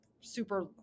super